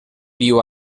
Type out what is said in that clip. viu